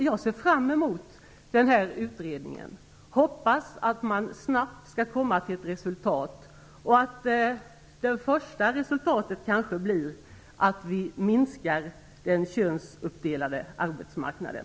Jag ser fram emot den här utredningen, och jag hoppas att man snabbt skall komma fram till ett resultat. Det första resultatet kanske blir att vi minskar könsuppdelningen på arbetsmarknaden.